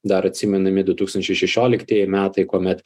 dar atsimenami du tūkstančiai šešioliktieji metai kuomet